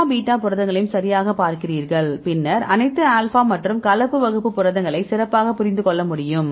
எல்லா பீட்டா புரதங்களையும் சரியாகப் பார்க்கிறீர்கள் பின்னர் அனைத்து ஆல்பா மற்றும் கலப்பு வகுப்பு புரதங்களையும் சிறப்பாகப் புரிந்து கொள்ள முடியும்